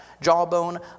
jawbone